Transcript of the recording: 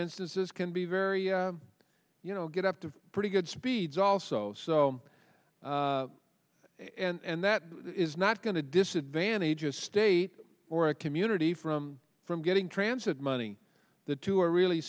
instances can be very you know get up to pretty good speeds also so and that is not going to disadvantage a state or a community from from getting transit money the two are really